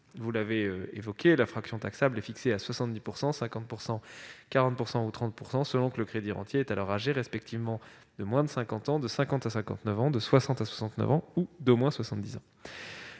vous l'avez rappelé, la fraction taxable est fixée à 70 %, 50 %, 40 % ou 30 %, selon que le crédirentier est alors âgé respectivement de moins de 50 ans, de 50 à 59 ans, de 60 à 69 ans ou d'au moins 70 ans.